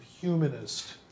humanist